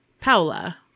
Paola